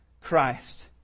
Christ